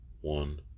one